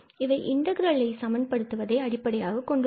இவை இன்டகிரலை சமன்படுத்துவதை அடிப்படையாகக் கொண்டுள்ளது